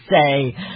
say